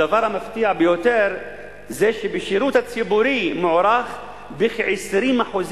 הדבר המפתיע ביותר זה שבשירות הציבורי הוא מוערך בכ-20%,